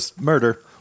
murder